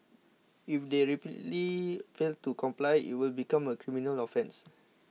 if they repeatedly fail to comply it will become a criminal offence